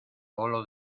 polo